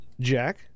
Jack